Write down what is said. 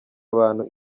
abantu